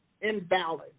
invalid